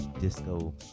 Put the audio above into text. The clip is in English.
disco